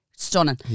Stunning